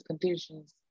conditions